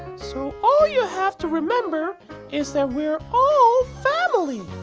so all you have to remember is that we're all family!